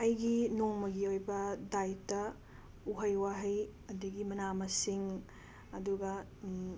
ꯑꯩꯒꯤ ꯅꯣꯡꯃꯒꯤ ꯑꯣꯏꯕ ꯗꯥꯏꯠꯇ ꯎꯍꯩ ꯋꯥꯍꯩ ꯑꯗꯒꯤ ꯃꯅꯥ ꯃꯁꯤꯡ ꯑꯗꯨꯒ